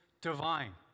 divine